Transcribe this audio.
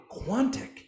Quantic